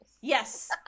Yes